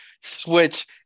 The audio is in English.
switch